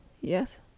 Yes